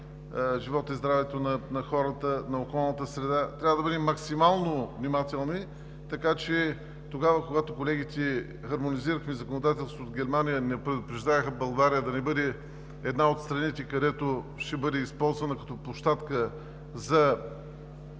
живота и здравето на хората, на околната среда. Трябва да бъдем максимално внимателни. Когато с колегите хармонизирахме законодателството, от Германия ни предупреждаваха България да не бъде една от страните, която ще бъде използвана като площадка за